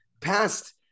past